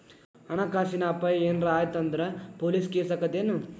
ಹಣ ಕಾಸಿನ್ ಅಪಾಯಾ ಏನರ ಆತ್ ಅಂದ್ರ ಪೊಲೇಸ್ ಕೇಸಾಕ್ಕೇತೆನು?